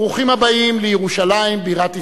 ברוכים הבאים לירושלים, בירת ישראל,